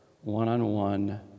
one-on-one